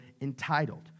entitled